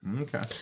Okay